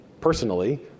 personally